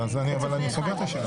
אני סוגר את הישיבה.